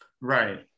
Right